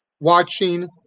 watching